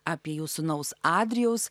apie jų sūnaus adrijaus